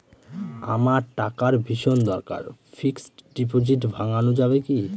আমার টাকার ভীষণ দরকার ফিক্সট ডিপোজিট ভাঙ্গানো যাবে কি?